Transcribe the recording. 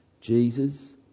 Jesus